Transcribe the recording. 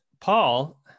Paul